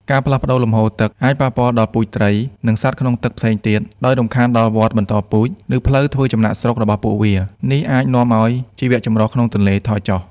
ការផ្លាស់ប្តូរលំហូរទឹកអាចប៉ះពាល់ដល់ពូជត្រី និងសត្វក្នុងទឹកផ្សេងទៀត ដោយរំខានដល់វដ្តបន្តពូជ ឬផ្លូវធ្វើចំណាកស្រុករបស់ពួកវា នេះអាចនាំឲ្យជីវៈចម្រុះក្នុងទន្លេថយចុះ។